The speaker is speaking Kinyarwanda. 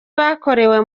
bakorewe